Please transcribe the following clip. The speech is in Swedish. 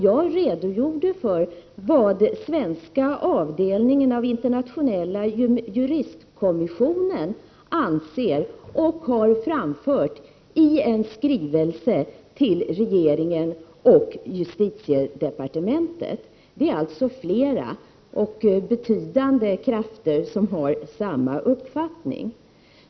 Jag redogjorde för vad svenska avdelningen av internationella juristkommissionen anser och har framfört i en skrivelse till regeringen och justitiedepartementet. Det är alltså flera och betydande krafter som har samma uppfattning.